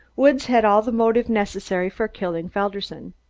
woods had all the motive necessary for killing felderson.